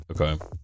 okay